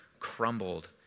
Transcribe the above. crumbled